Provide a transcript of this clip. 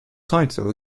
title